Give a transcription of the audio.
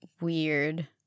weird